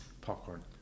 popcorn